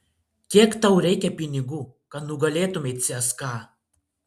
kiek tau reikia pinigų kad nugalėtumei cska